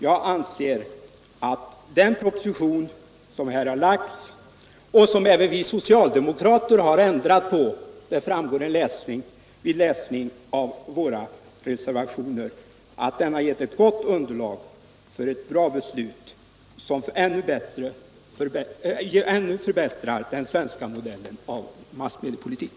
Jag anser att den proposition som här har lagts och som även vi socialdemokrater har ändrat på — det framgår vid läsning av våra reservationer — har gett ett gott underlag för ett bra beslut, som ytterligare förbättrar den svenska modellen för massmediepolitik.